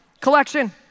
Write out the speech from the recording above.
collection